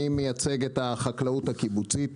אני מייצג את החקלאות הקיבוצית.